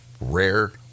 rare